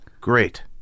Great